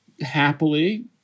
Happily